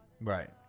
Right